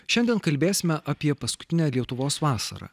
šiandien kalbėsime apie paskutinę lietuvos vasarą